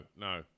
no